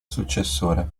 successore